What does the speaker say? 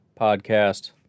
podcast